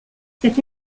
cette